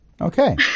Okay